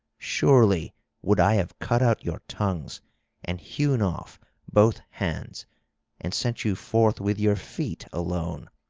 surely would i have cut out your tongues and hewn off both hands and sent you forth with your feet alone,